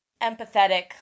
empathetic